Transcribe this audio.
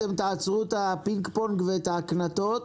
לעצור את הפינג פונג ואת ההקנטות,